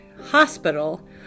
Hospital